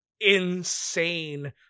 insane